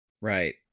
Right